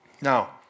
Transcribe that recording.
Now